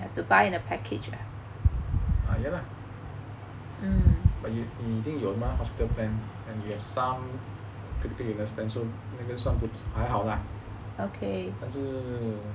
ah ya lah but 你已经有了 mah hospital plan and you have some critical illness plan so 那个算还好 lah 但是